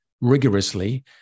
rigorously